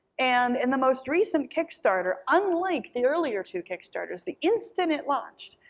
and in the most recent kickstarter, unlike the earlier two kickstarters, the instant it launched,